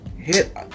hit